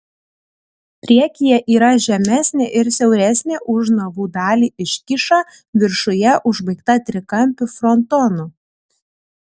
priekyje yra žemesnė ir siauresnė už navų dalį iškyša viršuje užbaigta trikampiu frontonu